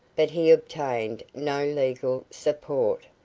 but he obtained no legal support,